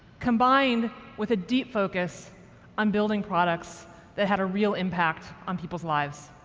combined with a deep focus on building products that had a real impact on people lives.